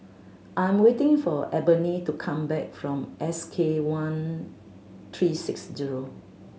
I'm waiting for Ebony to come back from S K one three six zero